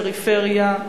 פריפריה,